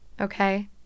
okay